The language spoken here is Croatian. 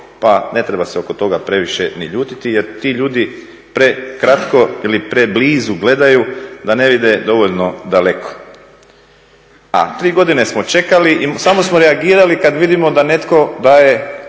pa ne treba se oko toga previše ni ljutiti jer ti ljudi prekratko ili preblizu gledaju da ne vide dovoljno daleko. A tri godine smo čekali i samo smo reagirali kad vidimo da netko daje